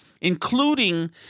including